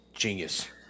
genius